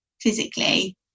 physically